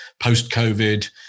post-COVID